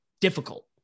Difficult